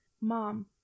Mom